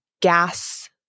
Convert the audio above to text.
gas